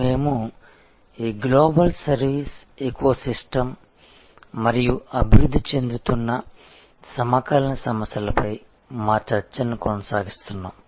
మేము ఈ global service ecosystem మరియు అభివృద్ధి చెందుతున్న సమకాలీన సమస్యలపై మా చర్చను కొనసాగిస్తున్నాము